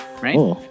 Right